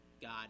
God